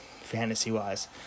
fantasy-wise